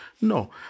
No